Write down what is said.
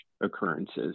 occurrences